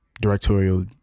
directorial